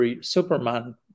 Superman